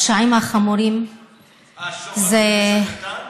הפשעים החמורים זה, אה, שוחד זה פשע קטן?